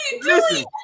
listen